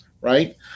right